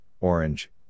Orange